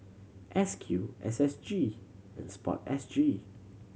S Q S S G and Sport S G